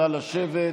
נא לשבת,